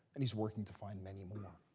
and he's working to find many more.